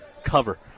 Cover